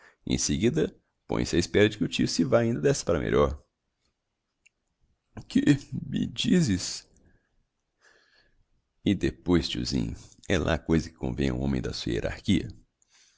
em seguida põem-se á espera de que o tio se vá indo desta para melhor que me dizes e depois tiozinho é lá coisa que convenha a um